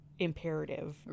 imperative